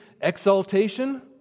exaltation